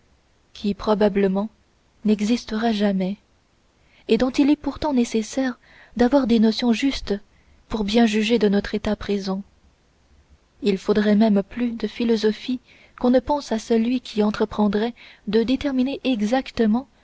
qui probablement n'existera jamais et dont il est pourtant nécessaire d'avoir des notions justes pour bien juger de notre état présent il faudrait même plus de philosophie qu'on ne pense à celui qui entreprendrait de déterminer exactement